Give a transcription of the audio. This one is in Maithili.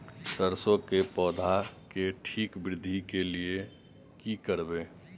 सरसो के पौधा के ठीक वृद्धि के लिये की करबै?